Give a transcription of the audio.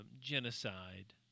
genocide